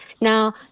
Now